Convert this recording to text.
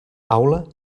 aula